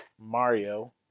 Mario